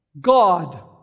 God